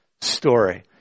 story